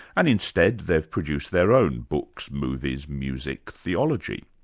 and instead, they've produced their own books, movies, music, theology.